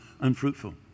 unfruitful